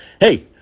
Hey